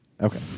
Okay